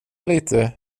lite